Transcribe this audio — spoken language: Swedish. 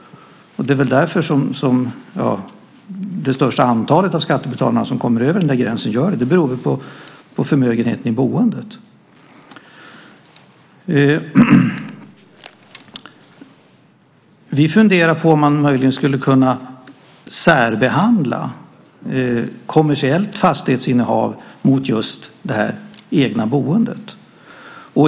Det är väl därför som det största antalet av skattebetalarna kommer över gränsen. Det beror på förmögenheten i boendet. Vi funderar på om man möjligen skulle kunna särbehandla kommersiellt fastighetsinnehav mot just det egna boendet.